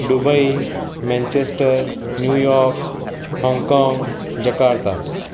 Dubai Manchester New York Hong Kong Jakarta